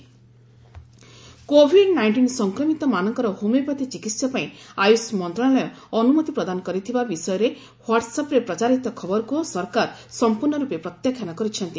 Covid homeopaths covid nineteen ସଂକ୍ରମିତ ମାନଙ୍କର homeopathy ଚିକିତ୍ସା ପାଇଁ ଆୟୁଷ ମନ୍ତ୍ରଣାଳୟ ଅନୁମତି ପ୍ରଦାନ କରିଥିବା ବିଷୟରେ ହ୍ୱାଟ୍ୱଆପ୍ରେ ପ୍ରଚାରିତ ଖବରକ୍ ସରକାର ସମ୍ପର୍ଷର୍ଣ୍ଣର୍ପେ ପ୍ରତ୍ୟାଖାନ କରିଛନ୍ତି